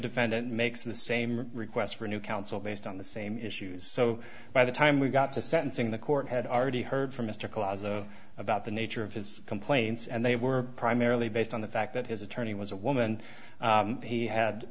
defendant makes the same request for a new counsel based on the same issues so by the time we got to sentencing the court had already heard from mr klaas about the nature of his complaints and they were primarily based on the fact that his attorney was a woman he had